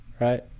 right